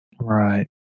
Right